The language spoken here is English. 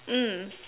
mm